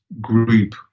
group